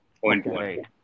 Point